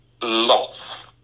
Lots